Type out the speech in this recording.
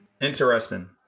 Interesting